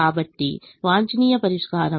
కాబట్టి వాంఛనీయ పరిష్కారం దీనికి Z 18